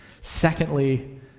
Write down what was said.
Secondly